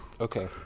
Okay